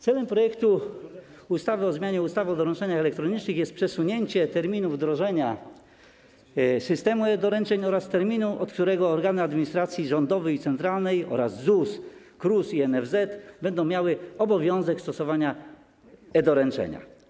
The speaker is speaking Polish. Celem projektu ustawy o zmianie ustawy o doręczeniach elektronicznych jest przesunięcie terminu wdrożenia systemu e-doręczeń oraz terminu, od którego organy administracji rządowej i centralnej oraz ZUS, KRUS i NFZ będą miały obowiązek stosowania e-doręczenia.